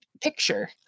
picture